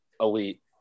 elite